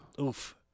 Oof